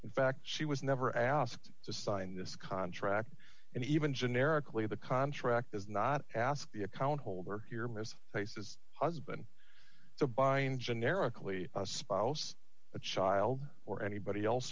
in fact she was never asked to sign this contract and even generically the contract does not ask the account holder here most cases husband so buying generically a spouse a child or anybody else